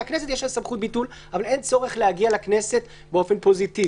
אלא הכנסת יש לה סמכות ביטול ואין צורך להגיע לכנסת באופן פוזיטיבי.